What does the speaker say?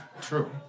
True